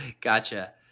Gotcha